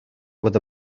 with